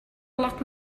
lock